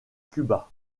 cuba